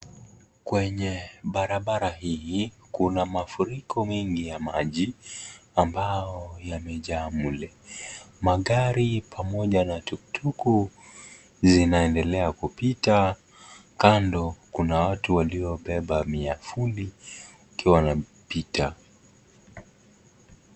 Kwenye barabara hii kuna mafuriko mengi ya maji. Ambao yamejaa mle. Magari pamoja na tuki tuki zinaendelea kupita. Kando kuna watu waliobeba miavuli wakiwa wanapita.